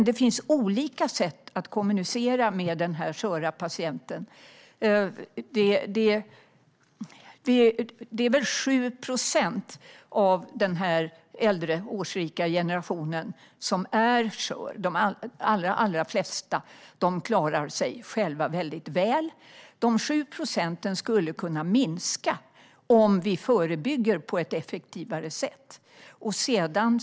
Det finns olika sätt att kommunicera med den sköra patienten. Det är väl 7 procent av dem i den äldre årsrika generationen som är sköra. De allra flesta klarar sig själva väl. De 7 procenten skulle kunna minska med hjälp av ett effektivare förebyggande arbete.